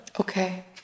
Okay